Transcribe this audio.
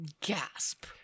Gasp